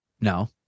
No